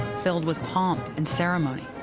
filled with pomp and ceremony,